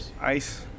ice